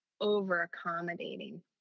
over-accommodating